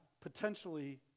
potentially